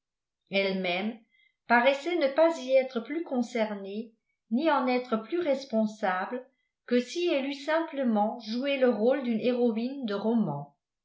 elle-même paraissait ne pas y être plus concernée ni en être plus responsable que si elle eût simplement joué le rôle d'une héroïne de roman